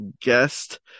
guest